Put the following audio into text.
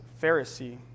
Pharisee